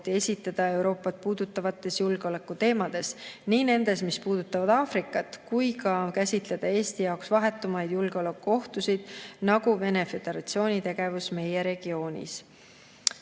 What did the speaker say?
esitada Euroopat puudutavatel julgeolekuteemadel – nii nendel, mis puudutavad Aafrikat, kui ka nendel, mis käsitlevad Eesti jaoks vahetumaid julgeolekuohtusid, nagu Venemaa Föderatsiooni tegevus meie regioonis.